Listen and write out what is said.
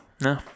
No